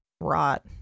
rot